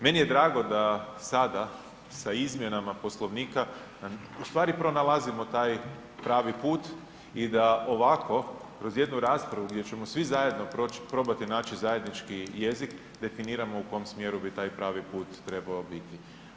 Meni je drago da sada sa izmjenama Poslovnika, ustvari pronalazimo taj pravi put i da ovako kroz jednu raspravu gdje ćemo svi zajedno probati naći zajednički jezik, definiramo u kom smjeru bi taj pravi put trebao biti.